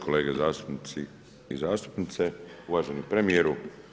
Kolege zastupnici i zastupnice, uvaženi premijeru.